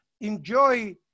enjoy